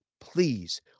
please